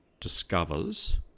discovers